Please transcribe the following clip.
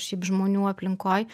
šiaip žmonių aplinkoj